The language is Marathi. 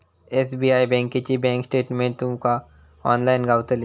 एस.बी.आय बँकेची बँक स्टेटमेंट तुका ऑनलाईन गावतली